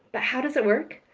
but dow does it work?